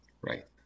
Right